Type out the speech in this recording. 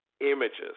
images